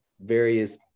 various